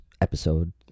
episode